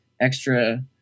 extra